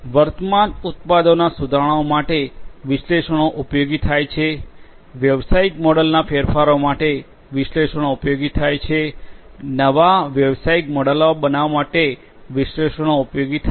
વર્તમાન ઉત્પાદનોના સુધારણા માટે વિશ્લેષણો ઉપયોગી થાય છે વ્યવસાયિક મોડેલના ફેરફારો માટે વિશ્લેષણો ઉપયોગી થાય છે નવા વ્યવસાયિક મોડલ્સ બનાવવા માટે વિશ્લેષણો ઉપયોગી થાય છે